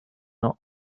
not